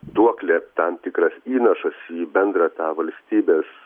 duoklė tam tikras įnašas į bendrą tą valstybės